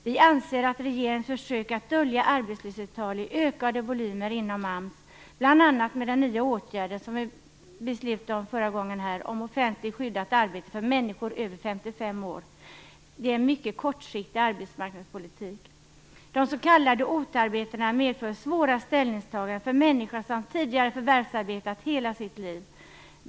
Vi anser att regeringens försök att dölja arbetslöshetstal i ökad volym inom AMS, bl.a. med den nya åtgärden som vi beslutade om förra gången här om offentligt skyddat arbete för människor över 55 år, är en mycket kortsiktig arbetsmarknadspolitik. De s.k. OTA-arbetena medför svåra ställningstaganden för människor som tidigare har förvärvsarbetat hela sitt liv.